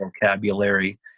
vocabulary